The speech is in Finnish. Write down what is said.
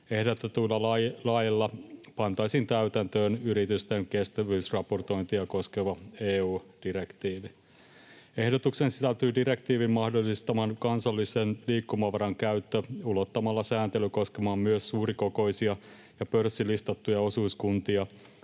Ehdotetuilla laeilla pantaisiin täytäntöön yritysten kestävyysraportointia koskeva EU-direktiivi. Ehdotukseen sisältyy direktiivin mahdollistaman kansallisen liikkumavaran käyttö ulottamalla sääntely koskemaan myös suurikokoisia ja pörssilistattuja osuuskuntia